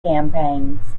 campaigns